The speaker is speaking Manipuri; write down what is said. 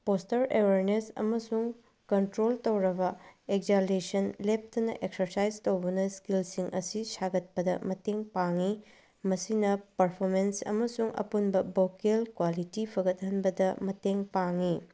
ꯄꯣꯁꯇꯔ ꯑꯦꯋꯥꯔꯅꯦꯁ ꯑꯃꯁꯨꯡ ꯀꯟꯇ꯭ꯔꯣꯜ ꯇꯧꯔꯕ ꯑꯦꯛꯖꯥꯂꯦꯁꯟ ꯂꯦꯞꯇꯅ ꯑꯦꯛꯁꯔꯁꯥꯏꯖ ꯇꯧꯕꯅ ꯏꯁꯀꯤꯜꯁꯤꯡ ꯑꯁꯤ ꯁꯥꯒꯠꯄꯗ ꯃꯇꯦꯡ ꯄꯥꯡꯉꯤ ꯃꯁꯤꯅ ꯄꯔꯐꯣꯔꯃꯦꯟꯁ ꯑꯃꯁꯨꯡ ꯑꯄꯨꯟꯕ ꯚꯣꯀꯦꯜ ꯀ꯭ꯋꯥꯂꯤꯇꯤ ꯐꯒꯠꯍꯟꯕꯗ ꯃꯇꯦꯡ ꯄꯥꯡꯉꯤ